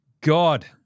God